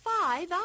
five